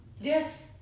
Yes